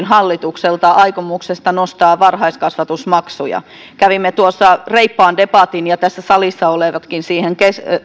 hallitukselta aikomuksesta nostaa varhaiskasvatusmaksuja kävimme tuosta reippaan debatin ja tässä salissa olevatkin siihen